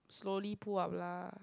slowly pull up lah